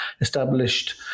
established